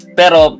pero